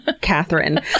Catherine